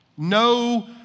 no